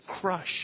crush